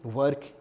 work